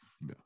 no